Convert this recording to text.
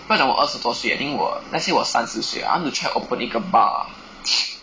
不要讲我二十多岁 I think 我 let's say 我三十岁 I want to try open 一个 bar